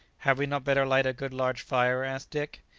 had we not better light a good large fire? asked dick.